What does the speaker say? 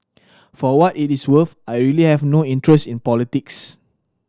for what it is worth I really have no interest in politics